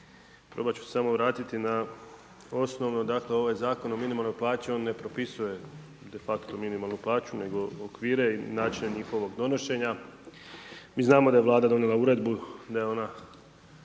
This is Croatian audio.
Probat ću se samo vratiti na osnovno. Dakle, ovaj Zakon o minimalnoj plaći on ne propisuje de facto minimalnu plaću, nego okvire i načine njihovog donošenja. Mi znamo da je Vlada donijela Uredbu, da je ona